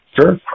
Sure